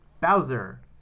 Bowser